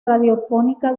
radiofónica